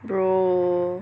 bro